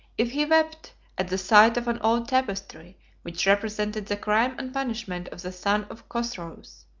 if he wept at the sight of an old tapestry which represented the crime and punishment of the son of chosroes,